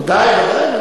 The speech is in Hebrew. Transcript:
ד"ר, ודאי, ודאי,